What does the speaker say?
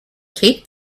kate